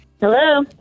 Hello